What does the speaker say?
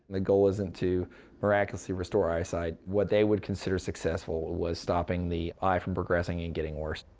the goal isn't to miraculously restore eyesight. what they would consider successful was stopping the eye from progressing and getting worse.